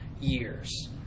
years